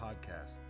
Podcast